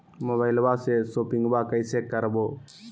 मोबाइलबा से शोपिंग्बा कैसे करबै?